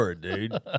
dude